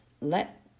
let